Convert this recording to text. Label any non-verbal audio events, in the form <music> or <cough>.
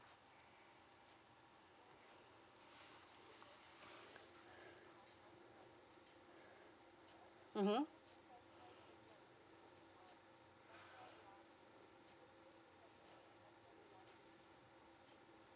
<breath> mmhmm <breath>